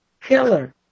Killer